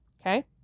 Okay